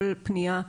כל פניה,